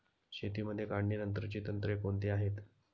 शेतीमध्ये काढणीनंतरची तंत्रे कोणती आहेत?